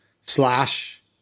Slash